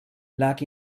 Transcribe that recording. lag